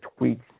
tweets